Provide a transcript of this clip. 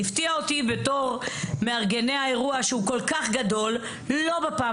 מדובר באירוע כל-כך גדול וזאת לא פעם